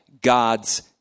God's